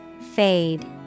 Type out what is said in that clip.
Fade